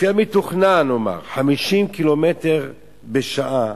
לפי המתוכנן, נאמר, 50 קילומטר בשעה,